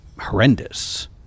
horrendous